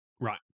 Right